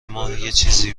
ماچیزی